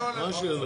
לא, מה יש לי ללכת.